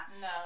No